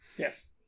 Yes